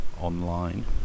online